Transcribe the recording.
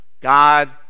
God